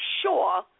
sure